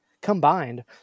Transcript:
combined